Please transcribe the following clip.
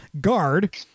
Guard